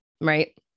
Right